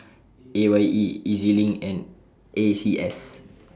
A Y E E Z LINK and A C S